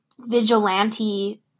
vigilante